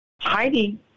Heidi